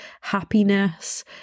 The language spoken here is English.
happiness